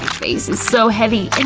face is so heavy and